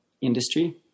industry